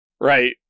Right